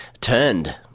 turned